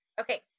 Okay